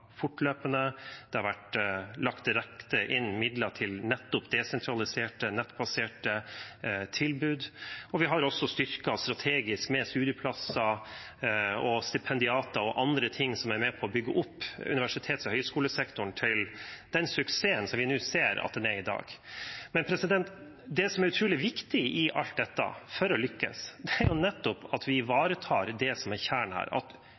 fortløpende, det har vært lagt direkte inn midler til nettopp desentraliserte, nettbaserte tilbud, og vi har også styrket strategisk med studieplasser, stipendiater og andre ting som er med på å bygge opp universitets- og høyskolesektoren til den suksessen som vi nå ser at den er i dag. Det som er utrolig viktig i alt dette, for å lykkes, er nettopp at vi ivaretar det som er kjernen her: at